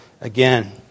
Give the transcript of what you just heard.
again